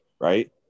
right